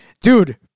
Dude